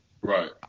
Right